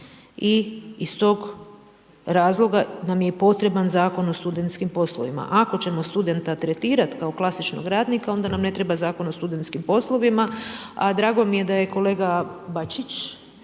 i iz tog razloga nam je i potreban Zakon o studentskim poslovima. Ako ćemo studenta tretirati kao klasičnog radnika onda nam ne treba Zakon o studentskim poslovima a drago mi je da je kolega Bačić